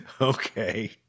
okay